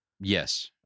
Yes